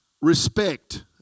respect